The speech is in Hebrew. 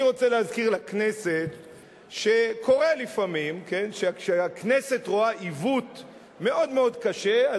אני רוצה להזכיר לכנסת שקורה לפעמים שכשהכנסת רואה עיוות מאוד קשה,